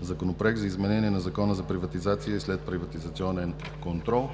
Законопроект за изменение на Закона за приватизация и следприватизационен контрол,